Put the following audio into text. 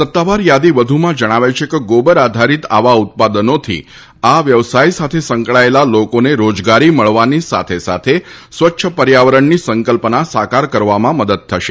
સત્તાવાર યાદી વધુમાં જણાવે છે કે ગોબર આધારિત આવા ઉત્પાદનોથી આ વ્યવસાય સાથે સંકળાયેલા લોકોને રોજગારી મળવાની સાથે સાથે સ્વચ્છ પર્યાવરણની સંકલ્પના સાકાર કરવામાં મદદ થશે